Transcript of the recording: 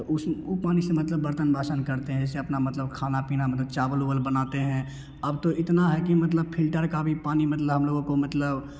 तो उस वह पानी से मतलब बर्तन बासन करते हैं जैसे अपना मतलब खाना पीना चावल उवल बनाते हैं अब तो इतना है कि मतलब फिल्टर का भी पानी मतलब हम लोगों को मतलब